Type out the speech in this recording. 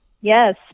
Yes